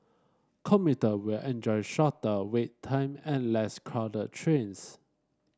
commuter will enjoy shorter wait time and less crowded trains